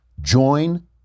Join